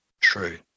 true